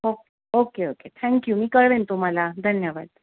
okay okay okay thank you मी कळवेन तुम्हाला धन्यवाद